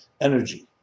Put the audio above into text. energy